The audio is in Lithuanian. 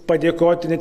padėkoti net